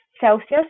Celsius